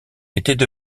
étaient